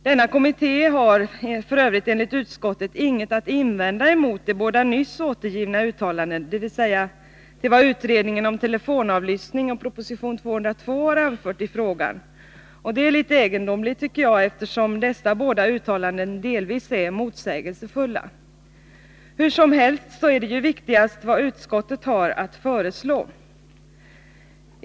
Denna kommitté har — f. ö. enligt utskottet — inget att invända emot de båda nyss återgivna uttalandena, dvs. vad som anförts i frågan av utredningen om telefonavlyssning och i proposition 1975/76:202. Det är litet egendomligt, tycker jag, eftersom dessa båda uttalanden delvis är motsägelsefulla. Hur som helst så är det ju viktigast vad utskottet har att föreslå.